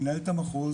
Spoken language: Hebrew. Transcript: מנהלת המחו,